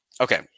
okay